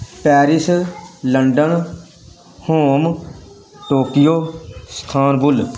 Paris London Rome Tokyo Istanbul